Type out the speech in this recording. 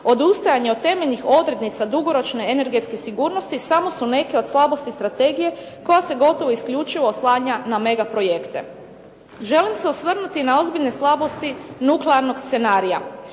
odustajanje od temeljnih odrednica dugoročne energetske sigurnosti samo su neke od slabosti strategije koja se gotovo isključivo oslanja na megaprojekte. Želim se osvrnuti i na ozbiljne slabosti nuklearnog scenarija.